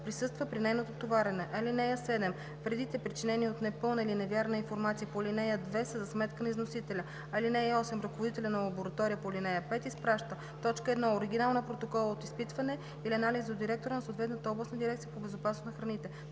присъства при нейното товарене. (7) Вредите, причинени от непълна или невярна информация по ал. 2, са за сметка на износителя. (8) Ръководителят на лаборатория по ал. 5 изпраща: 1. оригинал на протокола от изпитване или анализ до директора на съответната областната дирекция по безопасност на храните;